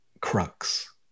crux